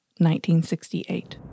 1968